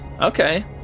okay